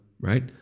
right